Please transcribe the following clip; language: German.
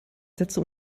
sätze